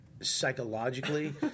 Psychologically